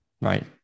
Right